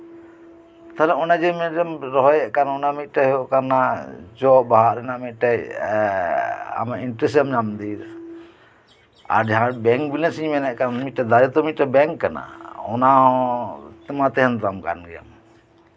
ᱛᱟᱦᱚᱞᱮ ᱚᱱᱮ ᱡᱮᱢ ᱨᱚᱦᱚᱭᱮᱜ ᱠᱟᱱ ᱚᱱᱟ ᱚᱱᱟ ᱢᱤᱫᱴᱮᱡ ᱦᱩᱭᱩᱜ ᱠᱟᱱᱟ ᱡᱚ ᱵᱟᱦᱟ ᱨᱮᱱᱟᱜ ᱢᱤᱫᱴᱮᱡ ᱟᱢᱟᱜ ᱤᱱᱴᱟᱨᱮᱥᱴ ᱮᱢ ᱧᱟᱢ ᱤᱫᱤᱭᱮᱫᱟ ᱟᱨ ᱡᱟᱦᱟᱸ ᱵᱮᱝᱠ ᱵᱮᱞᱮᱱᱥ ᱤᱧ ᱢᱮᱱᱮᱫ ᱠᱟᱱ ᱢᱤᱫᱴᱮᱱ ᱫᱟᱨᱮ ᱛᱚ ᱢᱤᱫᱴᱟᱱ ᱵᱮᱝᱠ ᱠᱟᱱᱟ ᱚᱱᱟ ᱛᱚ ᱢᱤᱫᱴᱮᱡ ᱛᱟᱦᱮᱱ ᱛᱟᱢ ᱠᱟᱱᱜᱮᱭᱟ